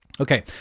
Okay